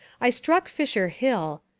i struck fisher hill,